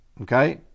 Okay